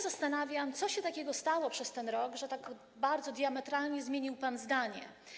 Zastanawiam się, co się takiego stało przez ten rok, że tak bardzo, tak diametralnie zmienił pan zdanie.